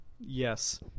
yes